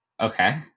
Okay